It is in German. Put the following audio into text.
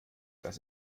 das